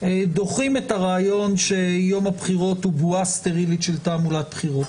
דוחים את הרעיון שיום הבחירות הוא בועה סטרילית של תעמולת בחירות.